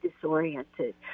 disoriented